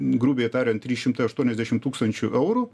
grubiai tariant trys šimtai aštuoniasdešim tūkstančių eurų